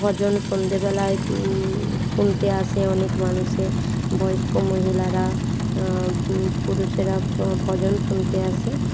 ভজন সন্ধ্যেবেলায় শুনতে আসে অনেক মানুষে বয়স্ক মহিলারা পুরুষেরা ভজন শুনতে আসে